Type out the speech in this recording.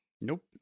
nope